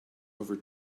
over